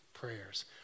prayers